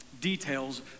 details